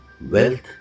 wealth